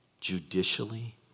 judicially